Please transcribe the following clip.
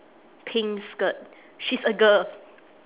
pink skirt she's a girl